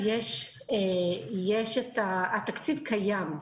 התקציב קיים.